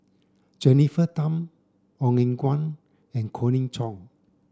Jennifer Tham Ong Eng Guan and Colin Cheong